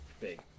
big